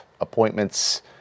appointments